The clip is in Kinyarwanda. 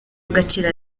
agaciro